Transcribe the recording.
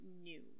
new